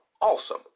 awesome